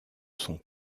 sont